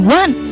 one